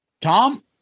Tom